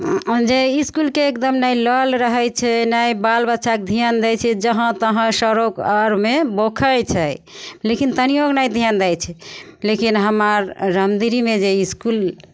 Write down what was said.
हम जे इसकुलके एगदम नहि लल रहै छै नहि बाल बच्चाके धिआन दै छै जहाँ तहाँ सरोकारमे बौखैत छै लेकिन तनिओँके नहि धिआन दै छै लेकिन हमर रमदिरीमे जे इसकुल